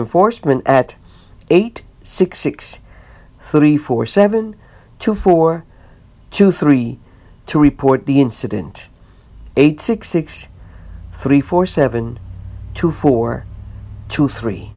enforcement at eight six six three four seven two four two three to report the incident eight six six three four seven two four two three